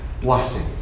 blessing